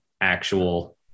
actual